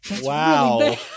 Wow